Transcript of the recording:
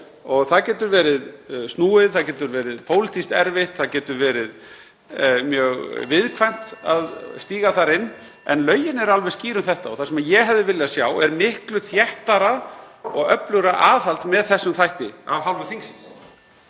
Það getur verið snúið. Það getur verið pólitískt erfitt. Það getur verið mjög viðkvæmt (Forseti hringir.) að stíga þar inn. En lögin eru alveg skýr um þetta og það sem ég hefði viljað sjá er miklu þéttara og öflugra aðhald með þessum þætti af hálfu þingsins.